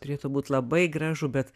turėtų būt labai gražu bet